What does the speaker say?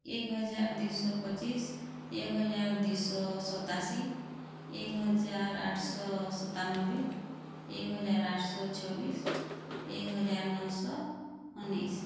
ଏକ୍ ହଜାର୍ ଦୁଇଶ ପଚିଶ୍ ଏକ୍ ହଜାର୍ ଦୁଇଶ ସତାଅଶୀ ଏକ୍ ହଜାର୍ ଆଠଶ ସତାନବେ ଏକ୍ ହଜାର୍ ଆଠଶ ଛବିଶ୍ ଏକ୍ ହଜାର୍ ନଅଶ୍ ଉନିଇଶ୍